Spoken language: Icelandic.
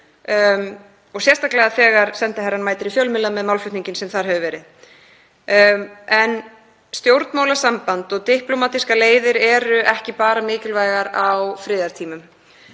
og sérstaklega þegar sendiherrann mætir í fjölmiðla með málflutninginn sem þar hefur verið. En stjórnmálasamband og diplómatískar leiðir eru ekki bara mikilvægar á friðartímum,